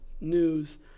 news